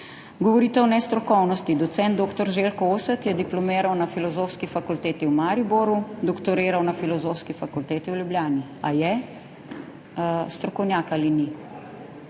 Govorite o nestrokovnosti. Doc. dr. Željko Oset je diplomiral na Filozofski fakulteti v Mariboru, doktoriral na Filozofski fakulteti v Ljubljani, ali je strokovnjak ali ni?